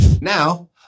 Now